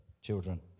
children